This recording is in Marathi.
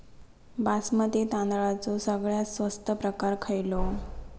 बासमती तांदळाचो सगळ्यात स्वस्त प्रकार खयलो?